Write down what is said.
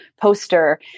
poster